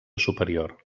superior